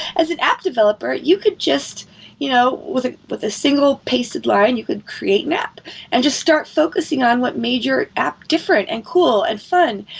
as an app developer, you could just you know with ah with a single pasted line, you could create an app and just start focusing on what made your app different and cool and fun,